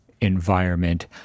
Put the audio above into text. environment